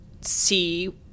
see